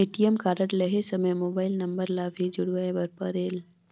ATM card लहे समय mobile number ला भी जुड़वाए बर परेल?